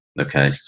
Okay